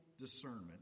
discernment